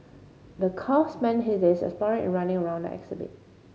the calf spend his days exploring and running around the exhibit